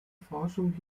forschung